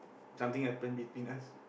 something happen between us